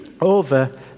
over